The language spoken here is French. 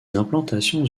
implantations